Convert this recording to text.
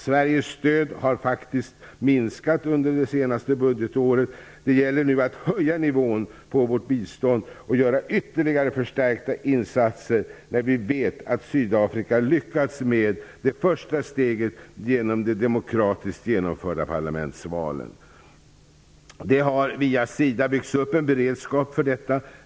Sveriges stöd har faktiskt minskat under det senaste budgetåret. Det gäller nu att höja nivån på vårt bistånd och ytterligare förstärka insatserna, eftersom vi vet att Sydafrika har lyckats med det första steget genom de demokratiskt genomförda parlamentsvalen. Det har via SIDA byggts upp en beredskap för detta.